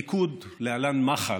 הליכוד, להלן: מח"ל,